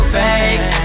fake